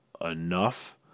enough